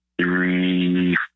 three